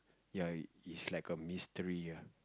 ya it's like a mystery ya